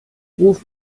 ruf